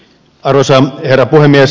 arvoisa herra puhemies